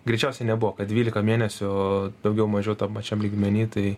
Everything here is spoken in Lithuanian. greičiausiai nebuvo kad dvylika mėnesių daugiau mažiau tam pačiam lygmenyje tai